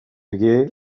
hagué